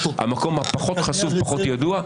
המקום הפחות חשוף והפחות ידוע.